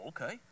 Okay